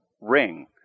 ring